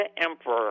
Emperor